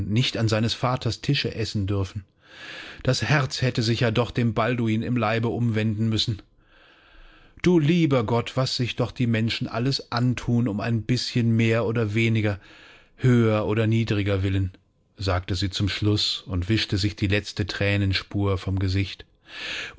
nicht an seines vaters tische essen dürfen das herz hätte sich ja doch dem balduin im leibe umwenden müssen du lieber gott was sich doch die menschen alles anthun um ein bißchen mehr oder weniger höher oder niedriger willen sagte sie zum schluß und wischte sich die letzte thränenspur vom gesicht